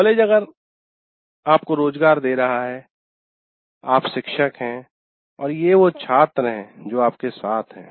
college आपको रोजगार दे रहा है आप शिक्षक हैं और ये वो छात्र हैं जो आपके साथ हैं